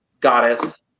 goddess